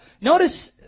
Notice